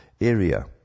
area